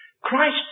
Christ